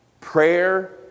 Prayer